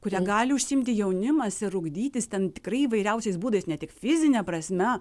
kuria gali užsiimti jaunimas ir ugdytis ten tikrai įvairiausiais būdais ne tik fizine prasme